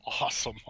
awesome